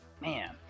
Man